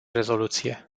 rezoluție